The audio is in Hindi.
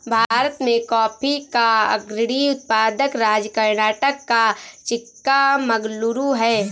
भारत में कॉफी का अग्रणी उत्पादक राज्य कर्नाटक का चिक्कामगलूरू है